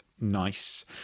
nice